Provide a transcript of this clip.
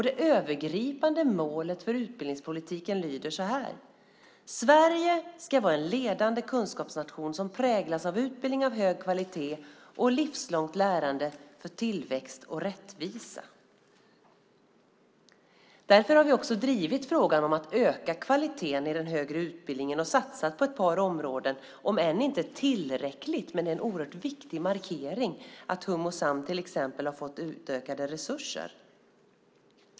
Det övergripande målet för utbildningspolitiken lyder så här: "Sverige ska vara en ledande kunskapsnation som präglas av utbildning av hög kvalitet och livslångt lärande för tillväxt och rättvisa." Därför har vi också drivit frågan om att öka kvaliteten i den högre utbildningen och satsa på ett par områden. Det är om inte tillräckligt så i alla fall en oerhört viktig markering att till exempel Hum och Sam har fått utökade resurser.